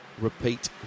repeat